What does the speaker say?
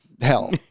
Hell